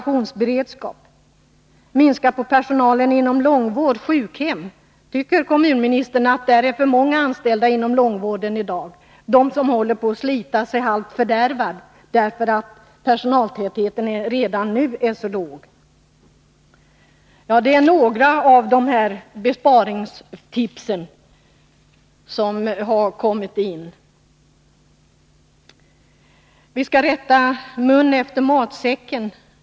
Tycker kommunministern att det är för många anställda inom långvården i dag? De anställda där håller på att slita sig halvt fördärvade, därför att personaltätheten redan nu är så låg. Detta är några av de besparingstips som kommit in till Landstingsförbundet. Vi skall rätta mun efter matsäcken.